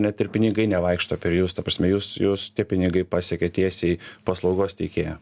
net ir pinigai nevaikšto per jus ta prasme jūs jūs tie pinigai pasiekė tiesiai paslaugos teikėją